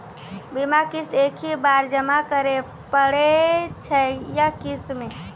बीमा किस्त एक ही बार जमा करें पड़ै छै या किस्त मे?